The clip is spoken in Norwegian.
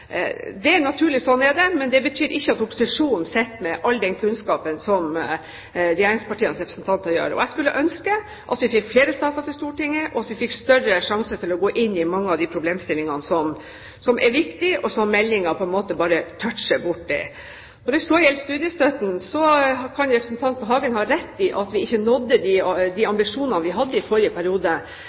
det er naturlig, sånn er det, men det betyr ikke at opposisjonen sitter med all den kunnskapen som regjeringspartienes representanter gjør. Jeg skulle ønske at vi fikk flere saker til Stortinget og at vi fikk større sjanse til å gå inn i mange av de problemstillingene som er viktige og som meldingen bare tøtsjer borti. Når det så gjelder studiestøtten, så kan representanten Hagen ha rett i at vi ikke nådde de ambisjonene vi hadde, da vi selv satt i